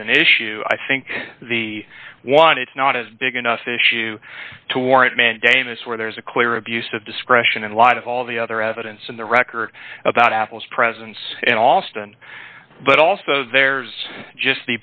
is an issue i think the one it's not a big enough issue to warrant mandamus where there is a clear abuse of discretion in light of all the other evidence in the record about apple's presence in austin but also there's just